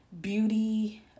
beauty